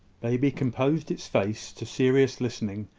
baby composed its face to serious listening,